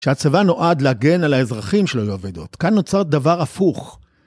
כשהצבא נועד להגן על האזרחים שלו לעובדות, כאן נוצר דבר הפוך.